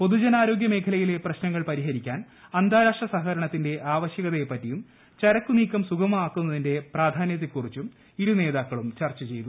പൊതുജനാരോഗൃമേഖലയിലെ പ്രശ്നങ്ങൾ പരിഹരിക്കാൻ അന്താരാഷ്ട്ര സഹകരണത്തിന്റെ ആവശ്യകതയെപ്പറ്റിയും ചരക്കു നീക്കം സുഗമമാക്കുന്നതിന്റെ പ്രാധാന്യത്തെക്കുറിച്ചും ഇരുനേതാക്കളും ചർച്ച ചെയ്തു